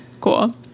Cool